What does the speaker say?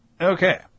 Okay